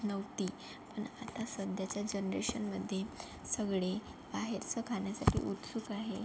नव्हती आणि आता सध्याच्या जनरेशनमध्ये सगळे बाहेरचं खाण्यासाठी उत्सुक आहे